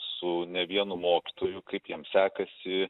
su ne vienu mokytoju kaip jiems sekasi